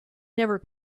never